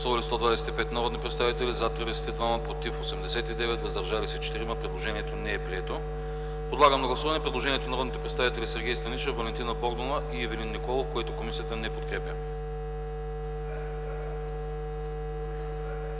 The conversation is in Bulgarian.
Сергей Станишев, Валентина Богданова и Ивелин Николов, което комисията не подкрепя.